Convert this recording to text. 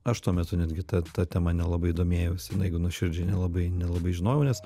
aš tuo metu netgi ta ta tema nelabai domėjausi nu jeigu nuoširdžiai nelabai nelabai žinojau nes